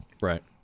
right